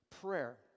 prayer